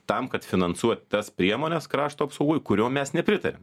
tam kad finansuot tas priemones krašto apsaugoj kuriom mes nepritariam